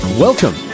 Welcome